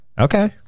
Okay